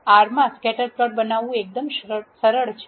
R માં scatter plot બનાવવું એકદમ સરળ છે